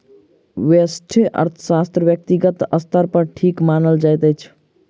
व्यष्टि अर्थशास्त्र व्यक्तिगत स्तर पर ठीक मानल जाइत अछि